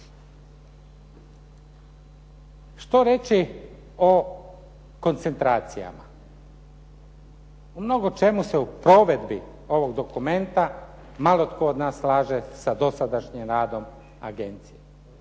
Što reći o koncentracijama? U mnogo čemu se u provedbi ovog dokumenta malo tko od nas slaže sa dosadašnjim radom agencije.